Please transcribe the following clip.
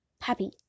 happy